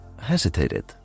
hesitated